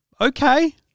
okay